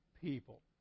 people